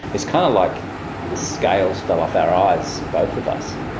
it's kind of like the scales fell off our eyes, both of us.